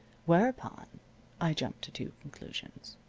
whereupon i jumped to two conclusions.